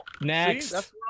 Next